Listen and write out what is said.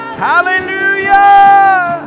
Hallelujah